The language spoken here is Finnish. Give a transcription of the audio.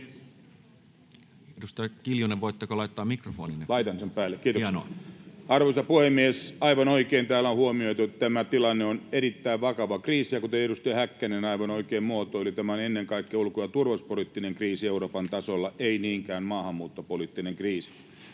Arvoisa puhemies! Aivan oikein täällä on huomioitu, että tämä tilanne on erittäin vakava kriisi, ja kuten edustaja Häkkänen aivan oikein muotoili, tämä on ennen kaikkea ulko- ja turvallisuuspoliittinen kriisi Euroopan tasolla, ei niinkään maahanmuuttopoliittinen kriisi.